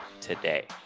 today